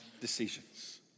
decisions